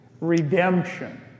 redemption